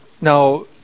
now